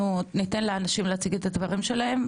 אנחנו ניתן לאנשים להציג את הדברים שלהם.